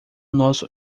nosso